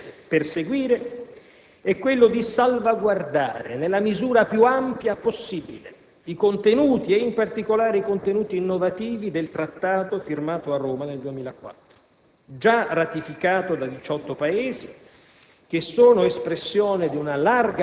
Dico con chiarezza che l'obiettivo che l'Italia intende perseguire è quello di salvaguardare nella misura più ampia possibile i contenuti, e in particolare i contenuti innovativi, del Trattato firmato a Roma nel 2004,